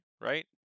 right